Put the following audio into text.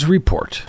Report